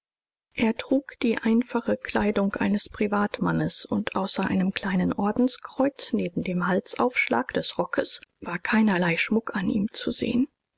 er trug die einfache kleidung eines privatmannes und außer einem kleinen ordenskreuz neben dem halsaufschlag des rockes war keinerlei schmuck an ihm zu sehen